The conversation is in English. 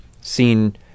seen